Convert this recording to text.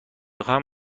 خواهم